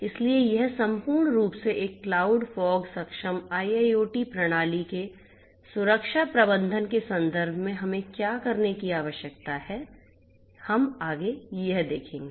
इसलिए यह सम्पूर्ण रूप से एक क्लाउड फोग सक्षम IIoT प्रणाली के सुरक्षा प्रबंधन के संदर्भ में हमें क्या करने की आवश्यकता है हम आगे यह देखेंगे